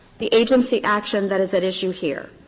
the agency action that is at issue here,